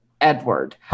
Edward